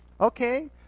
Okay